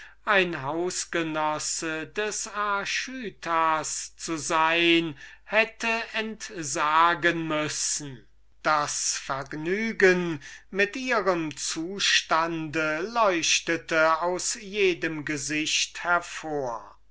ein hausgenosse des archytas zu sein das vergnügen mit seinem zustande leuchtete aus jedem gesicht hervor